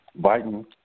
Biden